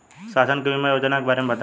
शासन के बीमा योजना के बारे में बताईं?